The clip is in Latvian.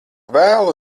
vēlu